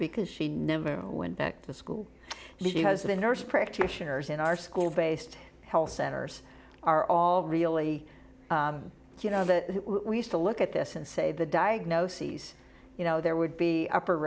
because she never went back to school because the nurse practitioners in our school based health centers are all really you know that we used to look at this and say the diagnoses you know there would be upper